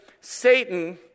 Satan